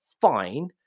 fine